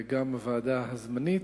וגם הוועדה הזמנית,